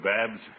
Babs